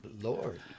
Lord